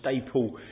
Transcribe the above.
staple